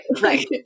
Right